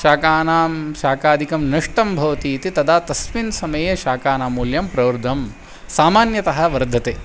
शाकानां शाकादिकं नष्टं भवति इति तदा तस्मिन् समये शाकानां मूल्यं प्रवृद्धं सामान्यतः वर्धते